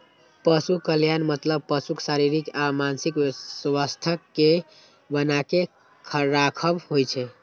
पशु कल्याणक मतलब पशुक शारीरिक आ मानसिक स्वास्थ्यक कें बनाके राखब होइ छै